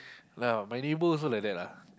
yeah my neighbor also like that lah